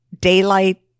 daylight